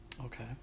Okay